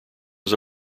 was